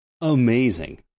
amazing